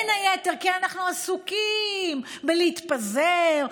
כי אנחנו עסוקים בין היתר בלהתפזר,